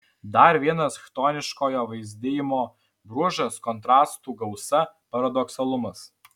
dar vienas chtoniškojo vaizdijimo bruožas kontrastų gausa paradoksalumas